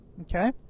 okay